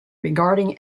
regarding